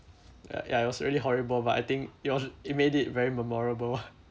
uh ya it was really horrible but I think it was it made it very memorable ah